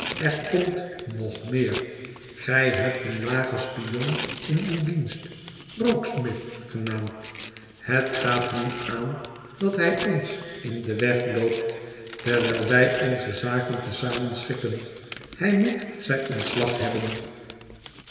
er komt nog meer gij hebt een lagen spion in uw dienst rokesmith genaamd het gaat niet aan dat hij ons in den weg loopt terwijl wij onze zaken te zamen schikken hij moet zijn ontslag hebben